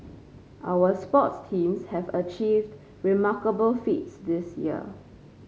our sports teams have achieved remarkable feats this year